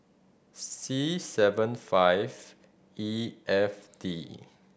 C seven five E F D